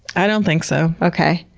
i don't think so. okay.